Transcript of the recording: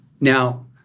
Now